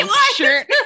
shirt